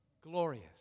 glorious